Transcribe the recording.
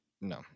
No